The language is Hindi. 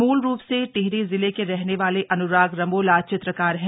मूल रूप से टिहरी जिले के रहने वाले अन्राग रमोला चित्रकार हैं